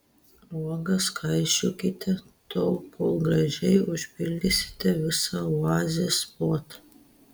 uogas kaišiokite tol kol gražiai užpildysite visą oazės plotą